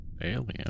alien